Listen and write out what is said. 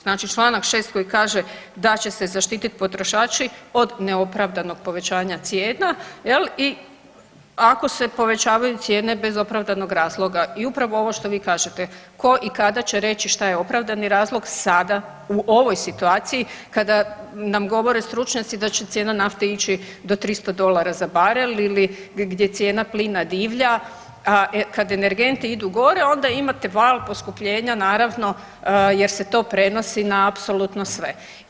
Znači čl. 6. koji kaže da će se zaštitit potrošači od neopravdanog povećanja cijena jel i ako se povećavaju cijene bez opravdanog razloga i upravo ovo što vi kažete, ko i kada će reći šta je opravdani razlog sada u ovoj situaciji kada nam govore stručnjaci da će cijena nafte ići do 300 dolara za barel ili gdje cijena plina divlja, a kad energenti idu gore onda imate val poskupljenja naravno jer se to prenosi na apsolutno sve.